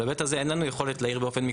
בהיבט הזה אין לנו יכולת להעיר מקצועית.